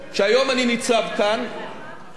לאחר שמונה שנים, כמה שנים,